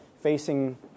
facing